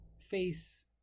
face